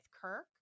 Kirk